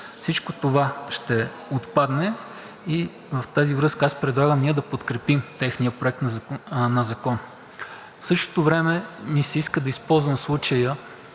Всичко това ще отпадне и в тази връзка предлагам ние да подкрепим техния проект на закон. В същото време ми се иска да използвам случая